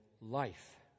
life